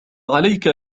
عليك